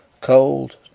Cold